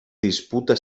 disputa